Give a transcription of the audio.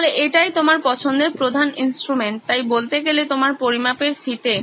তাহলে এটাই তোমার পছন্দের প্রধান ইন্সট্রুমেন্ট তাই বলতে গেলে তোমার পরিমাপের ফিতে